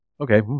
okay